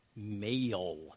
Male